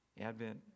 Advent